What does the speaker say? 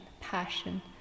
passion